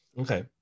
Okay